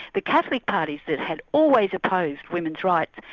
the catholic parties that had always opposed women's rights,